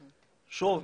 שוב,